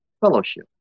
Fellowship